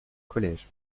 collège